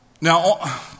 Now